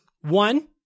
One